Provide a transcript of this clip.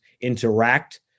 interact